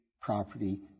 property